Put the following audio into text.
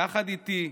יחד איתי,